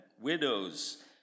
Widows